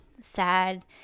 sad